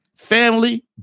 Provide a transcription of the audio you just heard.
Family